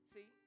See